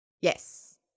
Yes